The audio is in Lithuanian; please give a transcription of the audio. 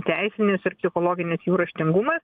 teisinis ir psichologinis jų raštingumas